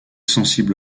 sensible